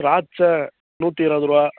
திராட்சை நூற்றி இருபது ரூபா